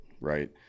right